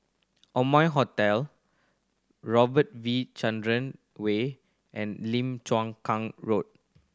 Amoy Hotel Robert V Chandran Way and Lim Chuang Kang Road